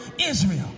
Israel